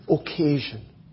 occasion